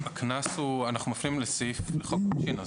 אנחנו מפנים לחוק העונשין.